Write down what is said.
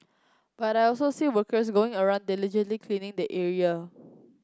but I also see workers going around diligently cleaning the area